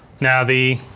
now the